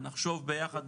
נחשוב ביחד,